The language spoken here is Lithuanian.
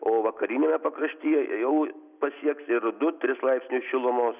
o vakariniame pakraštyje jau pasieks ir du tris laipsnius šilumos